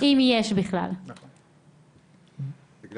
איך